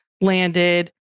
landed